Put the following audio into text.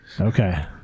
Okay